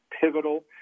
pivotal